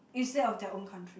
instead of their own country